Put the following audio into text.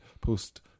post